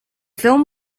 film